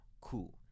Cool